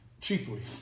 Cheaply